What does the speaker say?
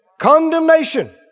Condemnation